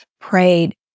prayed